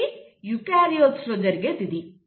కాబట్టి యూకారియోట్ లలో జరిగేది ఇది